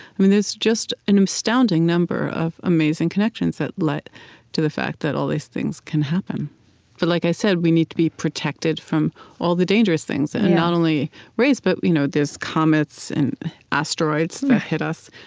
i mean there's just an astounding number of amazing connections that led to the fact that all these things can happen but like i said, we need to be protected from all the dangerous things. and not only rays, but you know there's comets and asteroids that hit us.